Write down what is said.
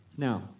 Now